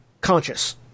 conscious